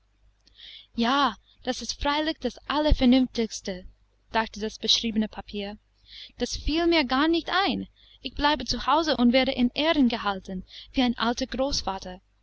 ja das ist freilich das allervernünftigste dachte das beschriebene papier das fiel mir gar nicht ein ich bleibe zu hause und werde in ehren gehalten wie ein alter großvater